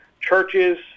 churches